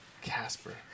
Casper